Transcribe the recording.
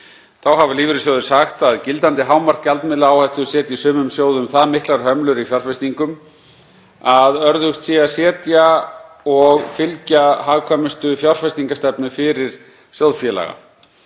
Þá hafa lífeyrissjóðir sagt að gildandi hámark gjaldmiðlaáhættu setji sumum sjóðum það miklar hömlur í fjárfestingum að örðugt sé að setja og fylgja hagkvæmustu fjárfestingarstefnu fyrir sjóðfélaga.